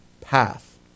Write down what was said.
path